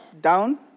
Down